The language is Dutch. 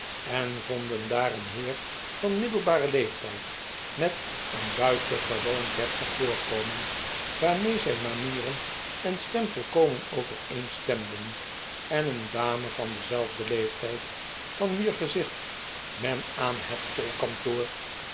en vonden daar een heer van middelbaren leeftijd met een buitengewoon deftig voorkomen waarmee zijn manieren en stem volkomen overeenstemden en een dame van denzelfden leeftijd van wier gezicht men aan